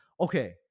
Okay